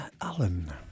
Alan